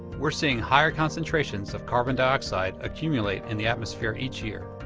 we're seeing higher concentrations of carbon dioxide accumulate in the atmosphere each year.